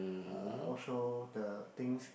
uh also the things